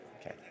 Okay